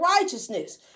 righteousness